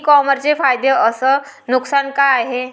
इ कामर्सचे फायदे अस नुकसान का हाये